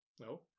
No